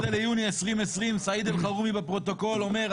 ביוני 2020 סעיד אלחרומי בפרוטוקול אומר,